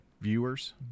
viewers